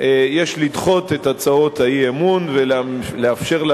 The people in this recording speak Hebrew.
יש לדחות את הצעות האי-אמון ולאפשר לה